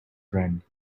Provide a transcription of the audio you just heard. friend